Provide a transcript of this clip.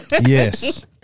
Yes